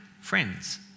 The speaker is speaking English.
friends